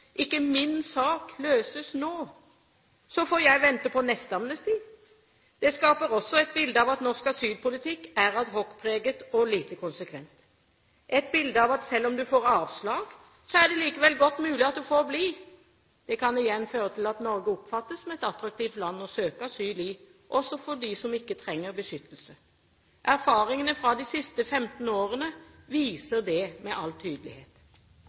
ikke min sak løses nå, så får jeg vente på neste amnesti. Det skaper også et bilde av at norsk asylpolitikk er ad hoc-preget og lite konsekvent – et bilde av at selv om du får avslag, så er det likevel godt mulig at du får bli. Det kan igjen føre til at Norge oppfattes som et attraktivt land å søke asyl i, også for dem som ikke trenger beskyttelse. Erfaringene fra de siste 15 årene viser det med all tydelighet.